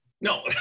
No